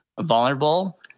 vulnerable